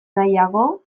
nahiago